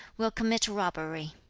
will commit robbery